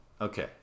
Okay